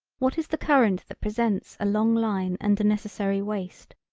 what is the current that presents a long line and a necessary waist.